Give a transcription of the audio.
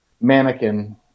mannequin